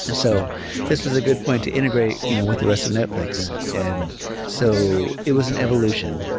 and so this was a good point to integrate you know with the rest of netflix. and so it was an evolution.